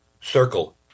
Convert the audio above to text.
circle